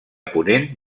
ponent